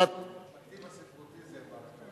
אבל אתם, הכתיב הספרותי הוא ברכָה.